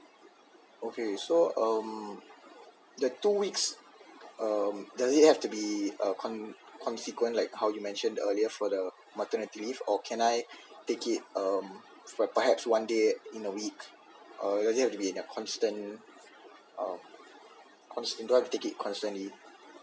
okay so um that two weeks um does it have to be a con~ consequent like how you mentioned earlier for the maternity leave or can I take it uh for perhaps one day in a week uh or do you have to be in a constant um do I have to take it constantly